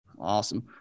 Awesome